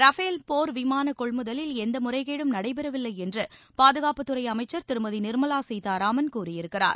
Rafale போர் விமான கொள்முதலில் எந்த முறைகேடும் நடைபெறவில்லை என்று பாதுகாப்புத் துறை அமைச்சர் திருமதி நிர்மலா சீதாராமன் கூறியிருக்கிறார்